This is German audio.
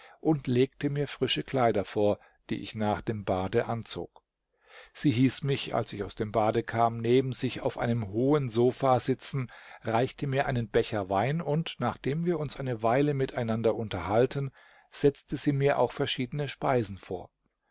und legte mir frische kleider vor die ich nach dem bade anzog sie hieß mich als ich aus dem bade kam neben sich auf einem hohen sofa sitzen reichte mir einen becher wein und nachdem wir uns eine weile miteinander unterhalten setzte sie mir auch verschiedene speisen vor